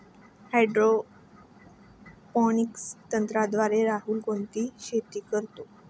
Hydroponics तंत्रज्ञानाद्वारे राहुल कोणती शेती करतो?